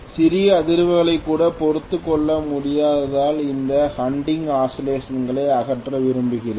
சிறிய அதிர்வுகளை கூட பொறுத்துக்கொள்ள முடியாததால்இந்த ஹண்டிங் ஆசிலேசன் களை அகற்ற விரும்புகிறேன்